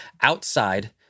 outside